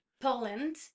Poland